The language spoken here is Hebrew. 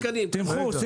למשל תמחור,